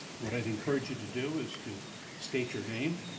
what i'd encourage you to do is to state your name,